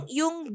yung